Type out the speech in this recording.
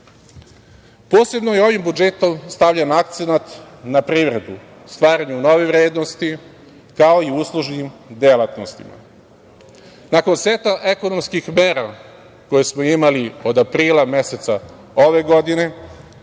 Posebno je ovim budžetom stavljen akcenat na privredu, stvaranju novih vrednosti, kao i uslužne delatnosti. Nakon seta ekonomskih mera koje smo imali od aprila meseca ove godine,